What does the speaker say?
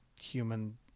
human